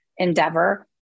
endeavor